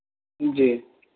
जी